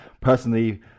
personally